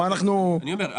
אני אומר,